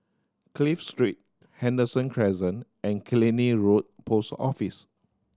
Clive Street Henderson Crescent and Killiney Road Post Office